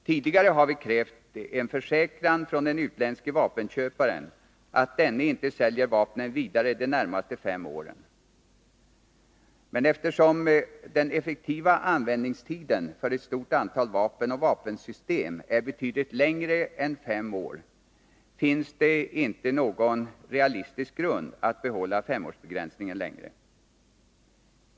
Tidigare har vi krävt en försäkran från den utländske vapenköparen, att denne inte säljer vapnen vidare de närmaste fem åren. Eftersom den effektiva användningstiden för ett stort antal vapen och vapensystem är betydligt längre än fem år, finns det inte någon realistisk grund för att behålla femårsbegränsningen.